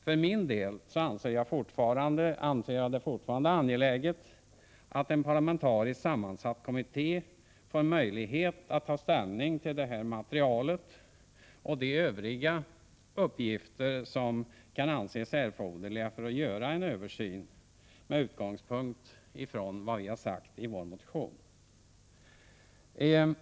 För min del anser jag det fortfarande angeläget att en parlamentariskt sammansatt kommitté får möjlighet att ta ställning till detta material med utgångspunkt i vad vi har sagt i vår motion.